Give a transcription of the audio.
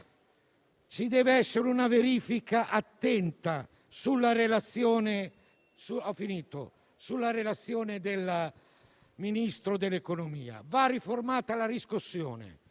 Ci deve essere una verifica attenta sulla relazione del Ministro dell'economia e delle finanze. Va riformata la riscossione